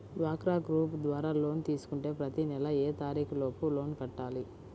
డ్వాక్రా గ్రూప్ ద్వారా లోన్ తీసుకుంటే ప్రతి నెల ఏ తారీకు లోపు లోన్ కట్టాలి?